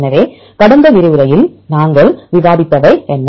எனவே கடந்த விரிவுரையில் நாங்கள் விவாதித்தவை என்ன